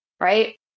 right